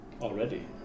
Already